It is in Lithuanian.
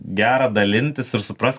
gera dalintis ir suprast